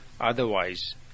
Otherwise